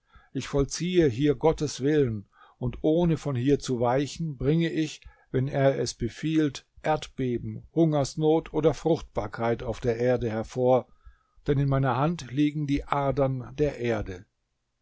ich vollziehe hier gottes willen und ohne von hier zu weichen bringe ich wenn er es befiehlt erdbeben hungersnot oder fruchtbarkeit auf der erde hervor denn in meiner hand liegen die adern der erde